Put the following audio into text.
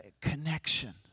connection